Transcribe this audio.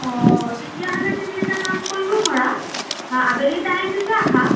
অ তেতিয়াহ'লে তুমি এটা কাম কৰিব পাৰা আবেলি টাইমটোতে আহা